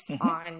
on